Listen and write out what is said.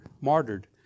martyred